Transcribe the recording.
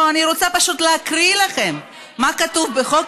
אני רוצה פשוט להקריא לכם מה כתוב בחוק,